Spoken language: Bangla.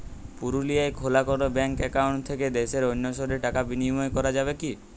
পুরুলিয়ায় খোলা কোনো ব্যাঙ্ক অ্যাকাউন্ট থেকে দেশের অন্য শহরে টাকার বিনিময় করা যাবে কি?